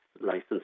license